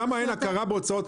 למה אין הכרה בהוצאות?